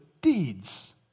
deeds